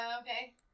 okay